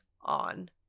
on